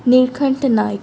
Nilkanth Naik